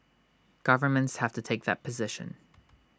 governments have to take that position